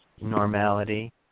normality